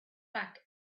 back